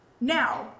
Now